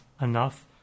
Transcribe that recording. enough